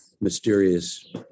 mysterious